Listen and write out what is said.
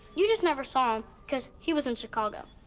you just never saw him because he was in chicago.